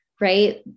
Right